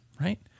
right